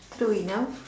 true enough